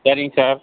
சரிங்க சார்